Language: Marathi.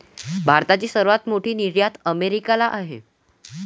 भारताची सर्वात मोठी निर्यात अमेरिकेला आहे